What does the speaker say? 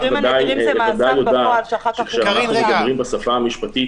את בוודאי יודעת שכשאנחנו מדברים בשפה המשפטית,